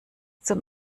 zum